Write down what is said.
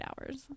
hours